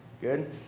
good